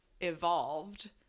evolved